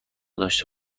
داشته